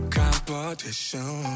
competition